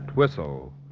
Whistle